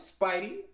Spidey